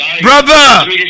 brother